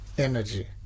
energy